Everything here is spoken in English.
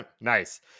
nice